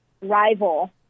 rival